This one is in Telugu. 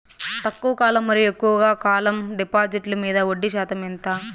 తక్కువ కాలం మరియు ఎక్కువగా కాలం డిపాజిట్లు మీద వడ్డీ శాతం ఎంత?